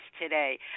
today